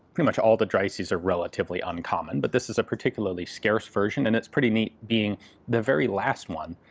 pretty much all the dreyses are relatively uncommon, but this is a particularly scarce version. and it's pretty neat being the very last one,